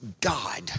God